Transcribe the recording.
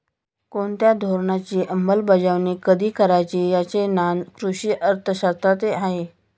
कोणत्या धोरणाची अंमलबजावणी कधी करायची याचे ज्ञान कृषी अर्थशास्त्रातही आहे